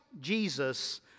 Jesus